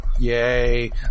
Yay